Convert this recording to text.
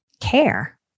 care